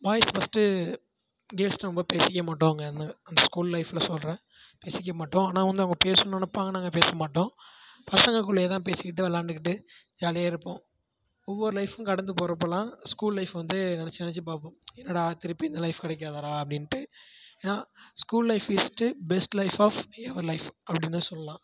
boys first girls ரொம்ப பேசிக்க மாட்டோம் அங்கே அந்த அந்த ஸ்கூல் லைஃபில் சொல்கிறேன் பேசிக்க மாட்டோம் ஆனால் வந்து அவங்க பேசுணும்ன்னு நினப்பாங்க நாங்கள் பேசமாட்டோம் பசங்கக்குள்ளேயே தான் பேசிக்கிட்டு விளையாண்டுக்கிட்டு ஜாலியாக இருப்போம் ஒவ்வொரு லைஃப்பும் கடந்து போகிறப்பெல்லாம் ஸ்கூல் லைஃப் வந்து நினச்சி நினச்சி பார்ப்போம் என்னடா திரும்பி இந்த லைஃப் கிடைக்காதாடா அப்படின்ட்டு ஏன்னால் school life is the best life of our life அப்படின்னு தான் சொல்லலாம்